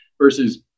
versus